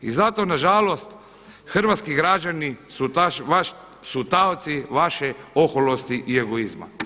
I zato na žalost hrvatski građani su taoci vaše oholosti i egoizma.